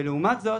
לעומת זה,